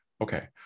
Okay